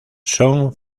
son